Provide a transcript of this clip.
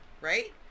right